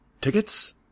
tickets